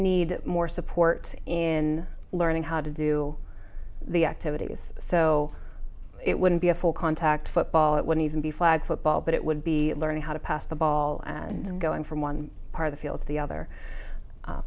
need more support in learning how to do the activities so it wouldn't be a full contact football it would even be flag football but it would be learning how to pass the ball and going from one part of the field to the other